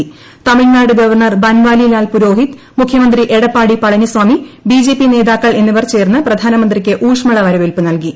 ത്രിഴ്നാട് governor Banwari Lal Purohit മുഖ്യമന്ത്രി Edappadi Palaniswami BJP നേതാക്കൾ എന്നിവർ ചേർന്ന് പ്രധാനമന്ത്രിക്ക് ഊഷ്മള വരവേൽപ്പ് നൽകി